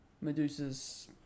Medusa's